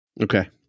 Okay